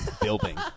building